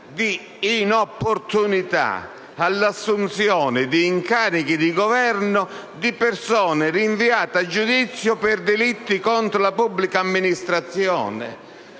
di inopportunità all'assunzione di incarichi di Governo di persone rinviate a giudizio per delitti contro la pubblica amministrazione.